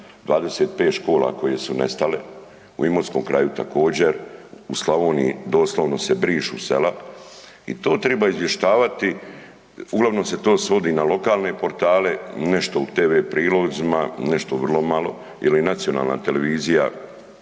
25 škola koje su nestale, u Imotskom kraju također, u Slavoniji doslovno se brišu sela i to treba izvještavati. Uglavnom se to svod na lokalne portale, nešto u TV prilozima, nešto vrlo malo ili nacionalna televizija